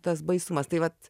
tas baisumas tai vat